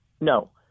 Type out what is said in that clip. No